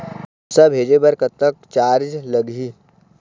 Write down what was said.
पैसा भेजे बर कतक चार्ज लगही?